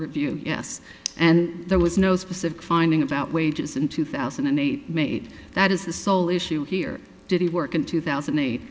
review yes and there was no specific finding about wages in two thousand and eight made that is the sole issue here did he work in two thousand